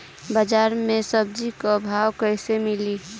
बाजार मे सब्जी क भाव कैसे मिली?